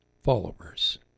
followers